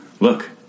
Look